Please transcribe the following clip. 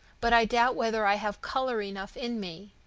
but i doubt whether i have color enough in me.